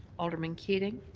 alderman keating.